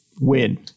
win